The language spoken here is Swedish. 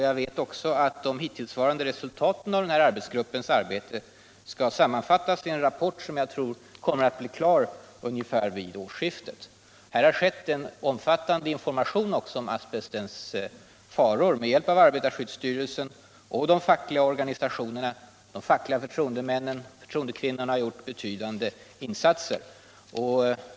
Jag vet också att de hittillsvarande resultaten av arbetsgruppens verksamhet skall sammanfattas i en rapport, som jag tror kommer att bli klar ungefär vid årsskiftet. Det har förekommit en omfattande information om asbestens faror, där arbetarskyddsstyrelsen och de fackliga förtroendemännen och förtroendekvinnorna har gjort betydande insatser.